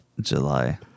July